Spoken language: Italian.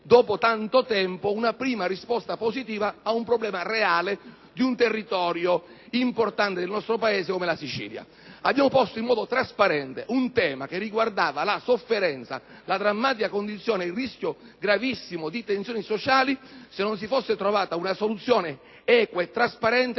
dopo tanto tempo, una prima risposta positiva a un problema reale di un territorio importante del nostro Paese, come la Sicilia. Abbiamo posto in modo trasparente il problema della sofferenza e della drammatica condizione del precariato, abbiamo sottolineato il rischio gravissimo di tensioni sociali, se non si fosse trovata una soluzione equa e trasparente